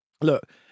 look